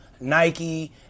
Nike